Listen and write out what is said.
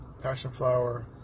passionflower